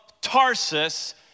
Tarsus